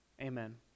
amen